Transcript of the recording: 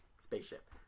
spaceship